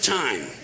time